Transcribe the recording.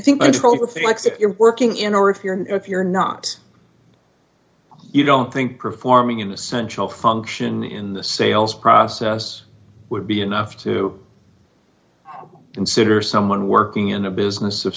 if you're working in or if you're if you're not you don't think performing an essential function in the sales process would be enough to consider someone working in a business of